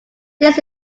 this